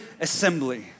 assembly